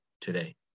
today